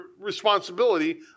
responsibility